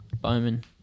Bowman